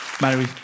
Mary